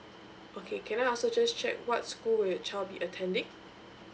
okay can I also just check what school will your child be attending